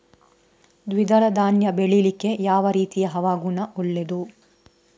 ದ್ವಿದಳ ಧಾನ್ಯ ಬೆಳೀಲಿಕ್ಕೆ ಯಾವ ರೀತಿಯ ಹವಾಗುಣ ಒಳ್ಳೆದು?